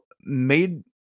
made